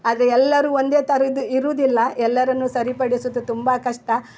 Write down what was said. ಆದರೆ ಎಲ್ಲರೂ ಒಂದೇ ಥರದ್ದು ಇರೋದಿಲ್ಲ ಎಲ್ಲರನ್ನೂ ಸರಿಪಡಿಸುದು ತುಂಬ ಕಷ್ಟ